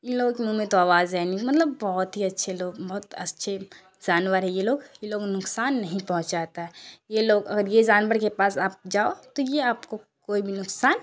ان لوگوں کے منہ میں تو آواز ہے نہیں مطلب بہت ہی اچھے لوگ بہت اچھے جانور ہے یہ لوگ یہ لوگ نقصان نہیں پہنچاتا ہے یہ لوگ اگر یہ جانور کے پاس آپ جاؤ تو یہ آپ کو کوئی بھی نقصان